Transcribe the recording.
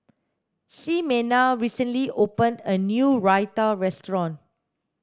Ximena recently opened a new Raita restaurant